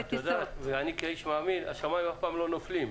ואני כאיש מאמין השמיים אף פעם לא נופלים.